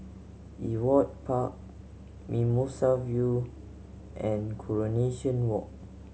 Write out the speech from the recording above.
Ewart Park Mimosa View and Coronation Walk